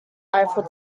eiffel